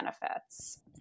benefits